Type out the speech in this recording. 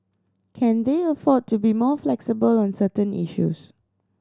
can they afford to be more flexible on certain issues